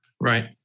Right